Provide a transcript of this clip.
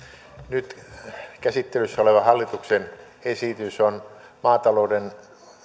nyt käsittelyssä oleva hallituksen esitys on maatalouden